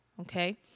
Okay